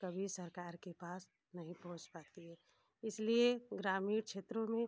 कभी सरकार के पास नहीं पहुँच पाती है इसलिए ग्रामीण क्षेत्रों में